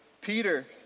Peter